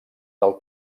del